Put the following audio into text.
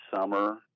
summer